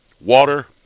Water